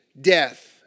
death